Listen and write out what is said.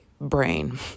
brain